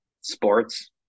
sports